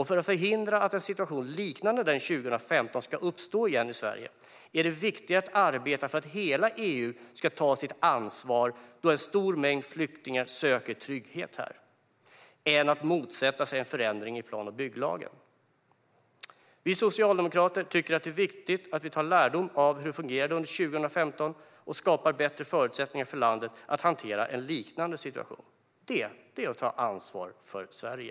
För att förhindra att en situation liknande den 2015 ska uppstå igen i Sverige är det viktigare att arbeta för att hela EU ska ta sitt ansvar då en stor mängd flyktingar söker trygghet här än att motsätta sig en förändring i plan och bygglagen. Vi socialdemokrater tycker att det är viktigt att vi tar lärdom av hur det fungerade under 2015 och skapar bättre förutsättningar för landet att hantera en liknande situation. Det är att ta ansvar för Sverige!